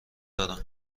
دارم